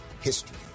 history